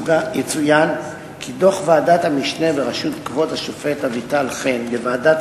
יצוין כי דוח ועדת המשנה בראשות כבוד השופט אביטל חן לוועדת